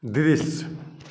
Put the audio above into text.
दृश्य